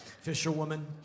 fisherwoman